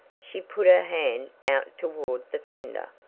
she put her hand out toward the fender.